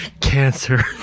cancer